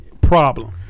problem